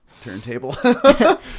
turntable